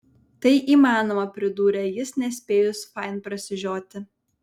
tai įmanoma pridūrė jis nespėjus fain prasižioti